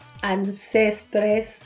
ancestres